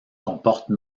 comporte